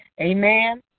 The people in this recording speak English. Amen